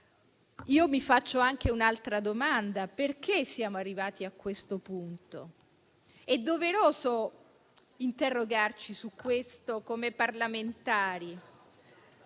Mi faccio anche un'altra domanda: perché siamo arrivati a questo punto? È doveroso interrogarci su questo come parlamentari.